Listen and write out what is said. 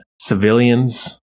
civilians